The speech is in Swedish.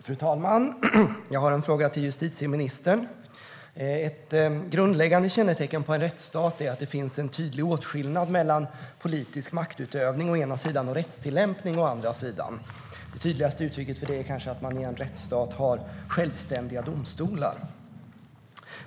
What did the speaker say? Fru talman! Jag har en fråga till justitieministern. Ett grundläggande kännetecken för en rättsstat är att det finns en tydlig åtskillnad mellan å ena sidan politisk maktutövning och å andra sidan rättstillämpning. Det tydligaste uttrycket för det är kanske att man i en rättsstat har självständiga domstolar.